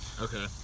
Okay